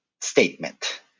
statement